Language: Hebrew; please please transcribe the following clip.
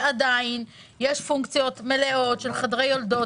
ועדיין יש פונקציות מלאות של חדרי יולדות,